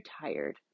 tired